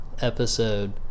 episode